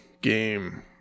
game